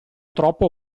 troppo